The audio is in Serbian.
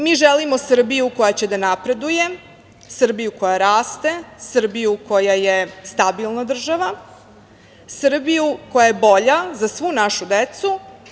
Mi želimo Srbiju koja će da napreduje, Srbiju koja raste, Srbiju koja je stabilna država, Srbiju koja je bolja za svu našu decu.